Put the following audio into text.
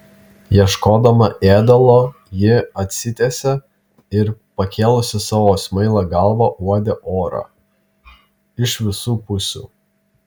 ieškodama ėdalo ji atsitiesė ir pakėlusi savo smailą galvą uodė orą iš visų pusių